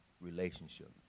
relationship